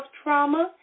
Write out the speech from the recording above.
trauma